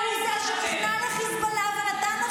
לא לצאת למלחמה רב-חזיתית שכוללת את